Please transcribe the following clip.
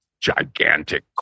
gigantic